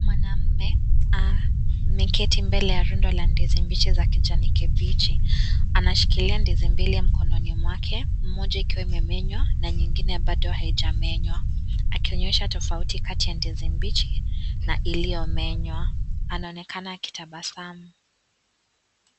Mwanaume ameketi mbele ya rundo la ndizi mbichi za kijani kibichi. Anashikilia ndizi mbili mkononi mwake, moja ikiwa imemenywa na nyingine bado haijamenywa, akionyesha tofauti kati ya ndizi mbichi na iliyomenywa. Anaonekana akitabasamu.